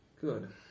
Good